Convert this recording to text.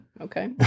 okay